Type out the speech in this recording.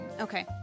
Okay